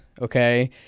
okay